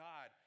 God